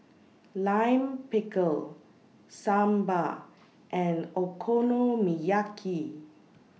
Lime Pickle Sambar and Okonomiyaki